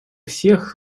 всех